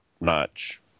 notch